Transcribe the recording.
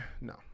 No